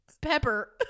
pepper